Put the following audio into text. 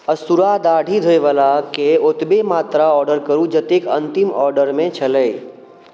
अस्तूरा दाढ़ी धोइवलाके ओतबे मात्रा ऑडर करू जतेक अन्तिम ऑडरमे छलै